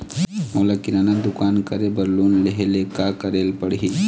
मोला किराना दुकान करे बर लोन लेहेले का करेले पड़ही?